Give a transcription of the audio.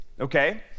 okay